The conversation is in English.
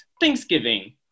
Thanksgiving